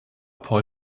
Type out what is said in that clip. paul